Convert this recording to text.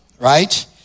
right